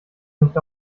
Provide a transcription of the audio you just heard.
nicht